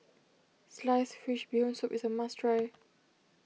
Sliced Fish Bee Hoon Soup is a must try